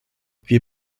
wir